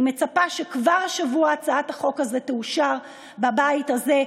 אני מצפה שכבר השבוע הצעת החוק הזאת תאושר בבית הזה,